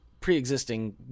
pre-existing